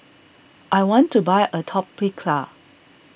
I want to buy Atopiclair